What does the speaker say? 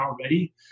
already